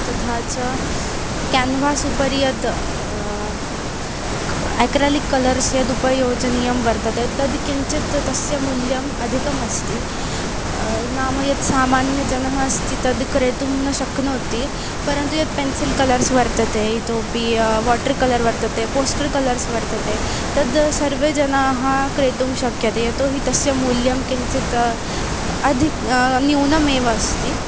तथा च क्यान्वास् उपरि यद् क् आक्रलिक् कलर्स् यदुपयोजनीयं वर्तते तद् किञ्चित् तस्य मूल्यम् अधिकम् अस्ति नाम यद् सामन्यः जनः अस्ति तद् क्रेतुं न शक्नोति परन्तु यत् पेन्सिल् कलर्स् वर्तते इतोऽपि वाट्र् कलर् वर्तते पोस्ट्ल् कलर्स् वर्तते तद् सर्वे जनाः क्रेतुं शक्यते यतो हि तस्य मूल्यं किञ्चित् अधिकं न्यूनमेव अस्ति